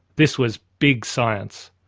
this was big science.